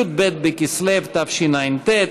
י"ב בכסלו תשע"ט,